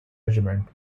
regiment